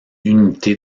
unité